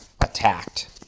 attacked